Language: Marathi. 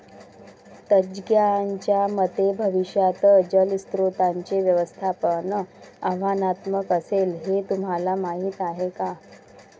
तज्ज्ञांच्या मते भविष्यात जलस्रोतांचे व्यवस्थापन आव्हानात्मक असेल, हे तुम्हाला माहीत आहे का?